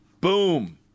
Boom